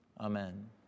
Amen